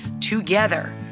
together